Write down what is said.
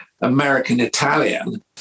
American-Italian